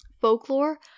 Folklore